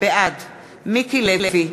בעד מיקי לוי,